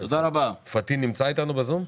פטין נמצא אתנו ב-זום?